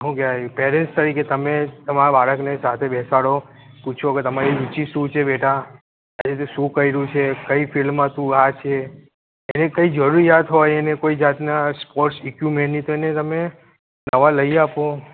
હું કેવાય પેરેન્ટ્સ તરીકે તમે તમારા બાળકને સાથે બેસાડો પૂછો કે તમારી રુચિ શું છે બેટા આજે તે શું કર્યું છે કઈ ફિલ્ડમાં તું આ છે એને કઈ જરૂરિયાત હોય એને કોઈ જાતના સ્પોર્ટસ ઈક્વિપમેંટની તો એને તમે નવા લઈ આપો